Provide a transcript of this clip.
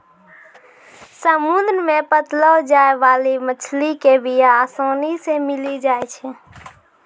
समुद्र मे पाललो जाय बाली मछली के बीया आसानी से मिली जाई छै